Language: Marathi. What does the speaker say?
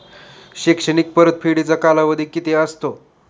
शैक्षणिक परतफेडीचा कालावधी किती असतो?